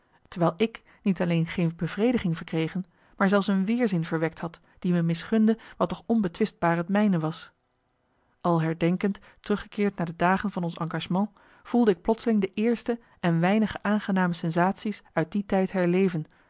terwijl ik niet alleen geen bevrediging verkregen maar zelfs een weerzin verwekt had die me misgunde wat toch onbetwistbaar het mijne was al herdenkend teruggekeerd naar de dagen van ons engagement voelde ik plotseling de eerste en weinige aangename sensatie's uit die tijd herleven